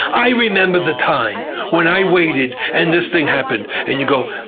i remember the time when i waited and this thing happened, and you go,